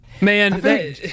Man